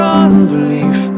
unbelief